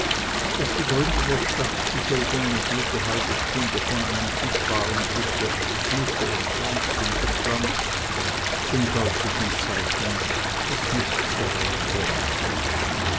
daß die gründer der stadt dieselbe eine gute halbe stunde von einem schiffbaren flusse angepflanzt zum deutlichen zeichen daß nichts daraus werden solle